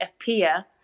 appear